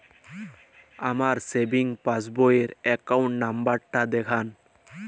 আমার সেভিংস পাসবই র অ্যাকাউন্ট নাম্বার টা দেখান?